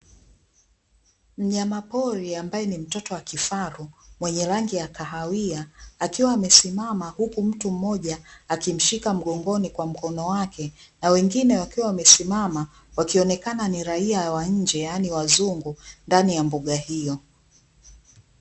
Mnyama pori ambaye ni mtoto wa kifaru mwenye rangi ya kahawia, akiwa amesimama huku mtu mmoja akimshika mgongoni kwa mkono wake na wengine wakiwa wamesimama wakionekana ni raia wa nje, yaani wazungu, ndani ya mbuga hiyo.